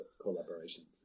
collaboration